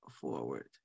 forward